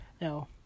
Now